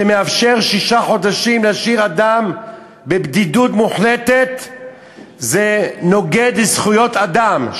שמאפשר להשאיר אדם שישה חודשים בבדידות מוחלטת נוגד זכויות אדם,